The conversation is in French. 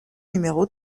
numéro